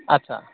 आस्सा